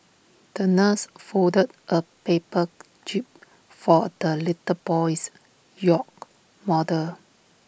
the nurse folded A paper jib for the little boy's yacht model